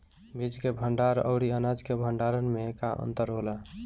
बीज के भंडार औरी अनाज के भंडारन में का अंतर होला?